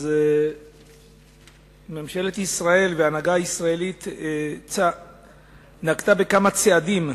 אז ממשלת ישראל וההנהגה הישראלית נקטו כמה צעדים,